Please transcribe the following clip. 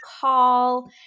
call